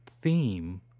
theme